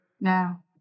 No